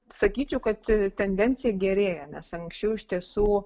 sakyčiau kad tendencija gerėja nes anksčiau iš tiesų